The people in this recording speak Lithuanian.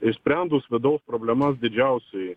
išsprendus vidaus problemas didžiausioj